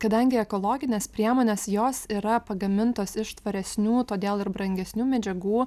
kadangi ekologinės priemonės jos yra pagamintos iš tvaresnių todėl ir brangesnių medžiagų